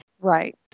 Right